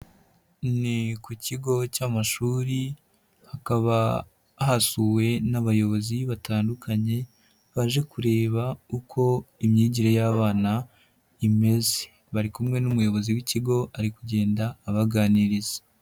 Ni ku kigo cy'amashuri hakaba hasuwe n'abayobozi batandukanye, baje kureba uko imyigire y'abana imeze, bari kumwe n'umuyobozi w'ikigo ari kugenda abaganiriza.